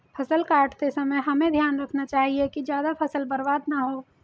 फसल काटते समय हमें ध्यान रखना चाहिए कि ज्यादा फसल बर्बाद न हो